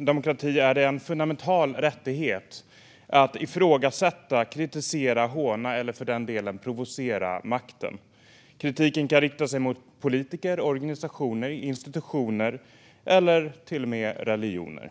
demokrati är det en fundamental rättighet att ifrågasätta, kritisera, håna eller för den delen provocera makten. Kritiken kan rikta sig mot politiker, organisationer, institutioner eller till och med religioner.